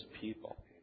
people